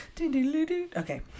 Okay